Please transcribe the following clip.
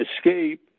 escape